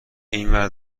اینور